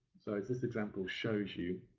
so as this example shows you,